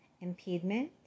impediment